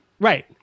Right